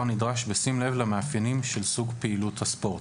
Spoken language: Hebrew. נדרש בשים לב למאפיינים של סוג פעילות הספורט,